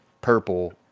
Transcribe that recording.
purple